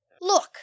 Look